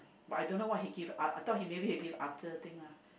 but I don't know what he give I I thought he give other thing lah